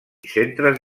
centres